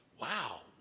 Wow